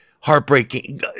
heartbreaking